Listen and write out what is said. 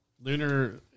Lunar